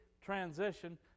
transition